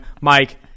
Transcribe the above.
Mike